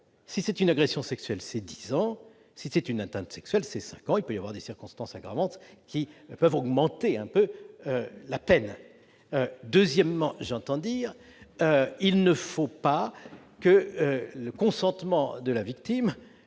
si c'est une agression sexuelle, c'est dix ans ; si c'est une atteinte sexuelle, c'est cinq ans ; et des circonstances aggravantes peuvent augmenter un peu la peine. Deuxièmement, j'entends dire qu'il ne faut pas que le consentement de la victime